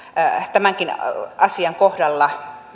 tämänkin asian kohdalla